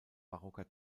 barocker